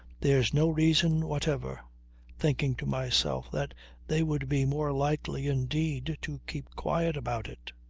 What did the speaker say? there's no reason whatever thinking to myself that they would be more likely indeed to keep quiet about it.